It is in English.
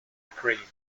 ukraine